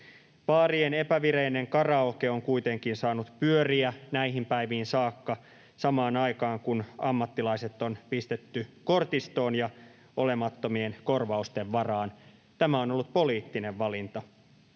Baarien epävireinen karaoke on kuitenkin saanut pyöriä näihin päiviin saakka, samaan aikaan kun ammattilaiset on pistetty kortistoon ja olemattomien korvausten varaan. Tämä on ollut poliittinen valinta.